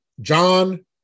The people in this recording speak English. John